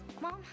Mom